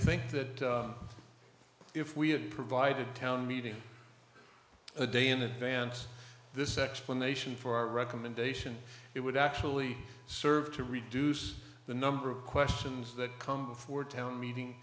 think that if we had provided a town meeting a day in advance this explanation for our recommendation it would actually serve to reduce the number of questions that come before town meeting